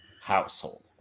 household